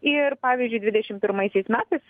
ir pavyzdžiui dvidešim pirmaisiais metais